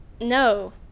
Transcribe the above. no